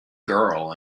girl